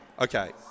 Okay